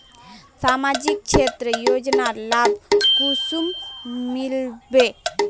सामाजिक क्षेत्र योजनार लाभ कुंसम मिलबे?